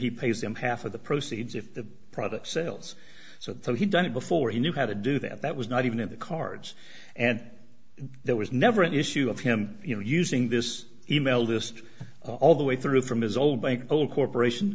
he pays them half of the proceeds if the product sells so that he done it before he knew how to do that that was not even in the cards and there was never an issue of him you know using this email list all the way through from his old bank old corporation